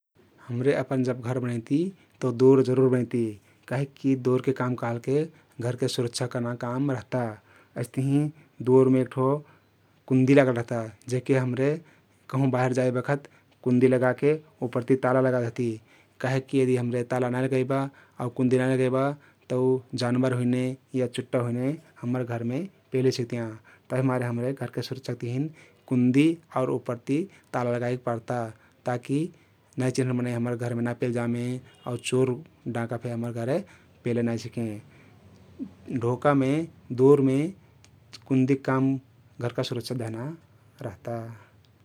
हम्रे अपन जब घर बनैति तउ दोर जरु बनैति काहिकी दोरके काम कहलके घरके सुरक्षा कर्ना काम रहता । अइस्तहिं दोरमे एक ठो कुन्दी लागल रहता । जेहके हम्रे कहुँ बाहिर जाई बखत कुन्दी लगाके उप्परति ताला लगादेहति । काहिकी यदि हम्रे ताला नाई लगैबा आउ कुन्दी नाई लगैबा तउ जानबर हुइने या चुट्टा हुइने हम्मर घरमे पेले सक्तियाँ तभिमारे हम्रे घरके सुरक्षाक तहिन कुन्दी आउ उप्परति ताला लगाइक पर्ता ता कि नाई चिन्हल मनै हम्मर घरमे ना पेलजामे आउ चोर डाँका फे हम्मर घरे पेले नाई सिकें । ढोकामे दोरमे कुन्दीक काम घरका सुरक्षा देहना रहता ।